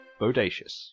bodacious